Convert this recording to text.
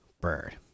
Bird